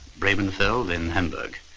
bremen fell then hamburg.